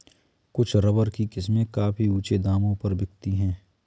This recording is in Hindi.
कुछ रबर की किस्में काफी ऊँचे दामों पर बिकती है